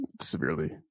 severely